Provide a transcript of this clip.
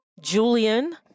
Julian